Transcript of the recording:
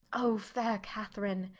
o faire katherine,